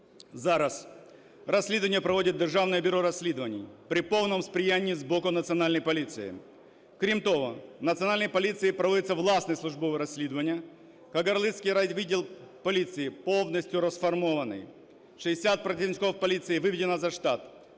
Зараз розслідування проводить Державне бюро розслідування при повному сприянні з боку Національної поліції. Крім того, у Національній поліції проводиться власне службове розслідування. Кагарлицький райвідділ поліції повністю розформований. 60 працівників поліції виведено за штат.